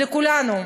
ולכולנו